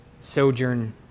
Sojourn